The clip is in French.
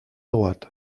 droite